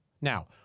Now